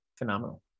phenomenal